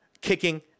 kicking